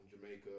Jamaica